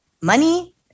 money